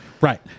Right